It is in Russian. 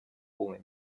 полной